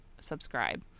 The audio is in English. subscribe